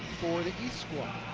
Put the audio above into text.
for the east squad.